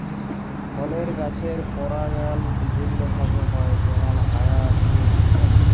ফলের গাছের পরাগায়ল বিভিল্য ভাবে হ্যয় যেমল হায়া দিয়ে ইত্যাদি